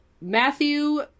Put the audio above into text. Matthew